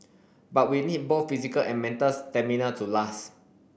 but we need both physical and mental stamina to last